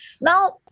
Now